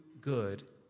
good